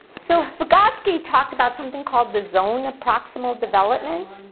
so vygotsky talked about something called the zone of proximal development.